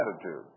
attitude